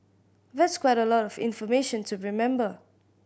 that's quite a lot of information to remember